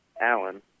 Alan